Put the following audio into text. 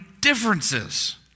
differences